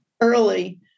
early